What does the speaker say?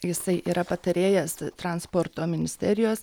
jisai yra patarėjas transporto ministerijos